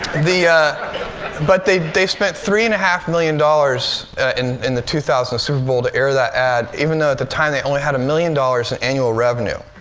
but they they spent three and a half million dollars in in the two thousand super bowl to air that ad, even though, at the time, they only had a million dollars in annual revenue.